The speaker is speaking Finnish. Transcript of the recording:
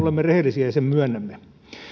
olemme rehellisiä ja sen myönnämme